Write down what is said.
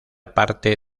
parte